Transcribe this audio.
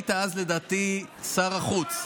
היית אז לדעתי שר החוץ.